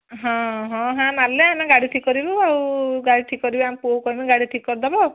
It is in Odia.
ହଁ ହଁ ହାଁ ମାରିଲେ ଆମେ ଗାଡ଼ି ଠିକ୍ କରିବୁ ଆଉ ଗାଡ଼ି ଠିକ୍ କରିବୁ ଆମ ପୁଅକୁ କହିନେ ଗାଡ଼ି ଠିକ୍ କରିଦବ